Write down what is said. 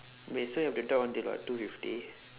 wait so we have to talk until about two fifty